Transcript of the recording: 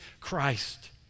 Christ